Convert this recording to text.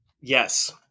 Yes